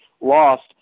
lost